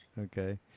okay